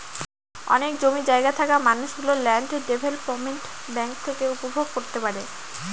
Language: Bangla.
অনেক জমি জায়গা থাকা মানুষ গুলো ল্যান্ড ডেভেলপমেন্ট ব্যাঙ্ক থেকে উপভোগ করতে পারে